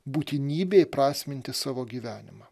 būtinybė įprasminti savo gyvenimą